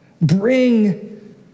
bring